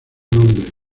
nombre